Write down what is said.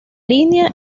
línea